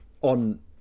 on